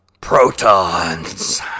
protons